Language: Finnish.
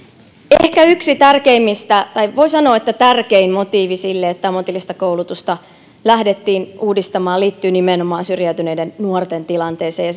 ehkä yksi tärkeimmistä tai voi sanoa että tärkein motiivi sille että ammatillista koulutusta lähdettiin uudistamaan liittyy nimenomaan syrjäytyneiden nuorten tilanteeseen ja